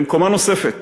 הם קומה נוספת